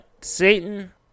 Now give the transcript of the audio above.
Satan